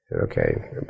Okay